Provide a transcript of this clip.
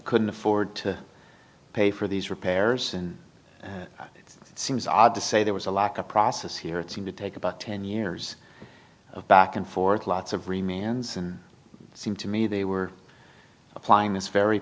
couldn't afford to pay for these repairs and it seems odd to say there was a lack of process here it's going to take about ten years of back and forth lots of remains and seem to me they were applying this very